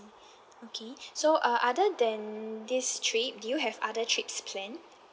okay so uh other than this trip do you have other trips planned